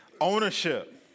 ownership